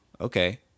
okay